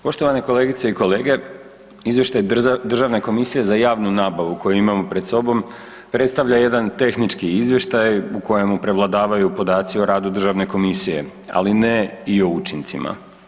Poštovane kolegice i kolege, Izvještaj Državne komisije za javnu nabavu koji imam pred sobom predstavlja jedan tehnički izvještaj u kojem prevladaju podaci o radu Državne komisije, ali ne i o učincima.